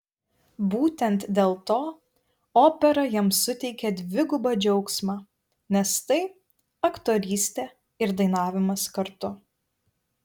būtent dėl to opera jam suteikia dvigubą džiaugsmą nes tai aktorystė ir dainavimas kartu